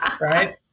right